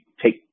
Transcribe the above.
take